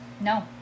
No